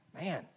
man